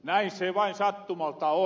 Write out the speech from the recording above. näin se vain sattumalta on